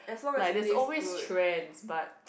like there's always trends but